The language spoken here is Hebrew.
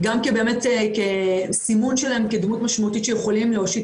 אני ממלא כאן תפקיד